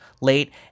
late